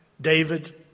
David